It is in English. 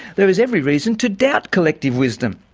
there is every reason to doubt collective wisdom.